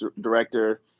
director